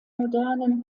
modernen